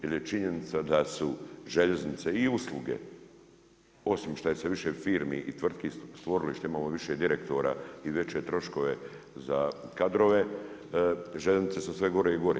Jer je činjenica da su željeznice i usluge osim što ih se više firmi, tvrtki stvorili, što imamo više direktora i veće troškove za kadrove, željeznice su sve gore i gore.